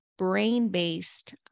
brain-based